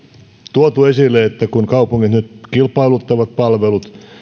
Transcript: tuotu esille että kun kaupungit nyt kilpailuttavat palvelut